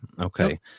okay